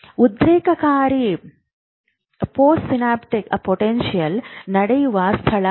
ಉದ್ರೇಕಕಾರಿ postsynaptic ವಿಭವಗಳು ನಡೆಯುವ ಸ್ಥಳ ಇದು